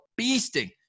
beasting